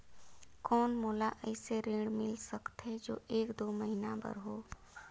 कौन मोला अइसे ऋण मिल सकथे जो एक दो महीना बर हो?